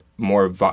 More